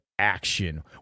action